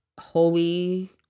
holy